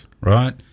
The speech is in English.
right